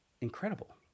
incredible